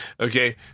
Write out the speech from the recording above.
Okay